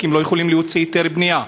כי הם לא יכולים להוציא היתר בנייה.